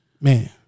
man